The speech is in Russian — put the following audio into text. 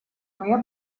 моя